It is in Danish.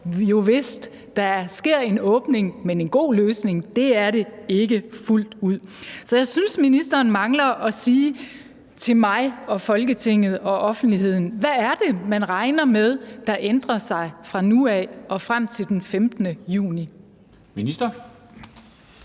Jovist, der er sker en åbning, men en god løsning er det ikke fuldt ud. Så jeg synes, at ministeren mangler at sige til mig og Folketinget og offentligheden, hvad det er, man regner med ændrer sig fra nu af og frem til den 15. juni. Kl.